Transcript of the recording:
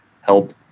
help